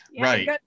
Right